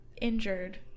injured